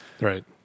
Right